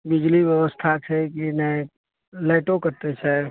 बिजली बेबस्था छै कि नहि लाइटो कटैत छै